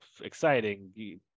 exciting